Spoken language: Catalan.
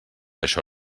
això